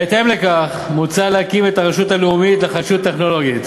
בהתאם לכך מוצע להקים את הרשות הלאומית לחדשנות טכנולוגית,